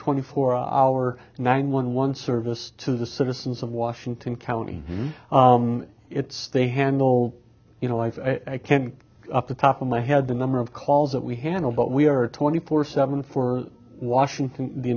twenty four hour nine one one service to the citizens of washington county it's they handle you know life can up the top of my head the number of calls that we handle but we are twenty four seven for washington the